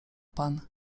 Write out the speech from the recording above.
pan